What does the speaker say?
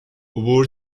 عبور